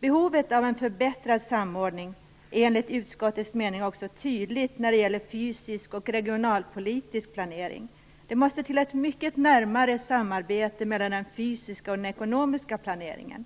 Behovet av en förbättrad samordning är enligt utskottets mening tydligt när det gäller fysisk och regionalpolitisk planering. Det måste till ett mycket närmare samarbete mellan den fysiska och den ekonomiska planeringen.